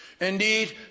Indeed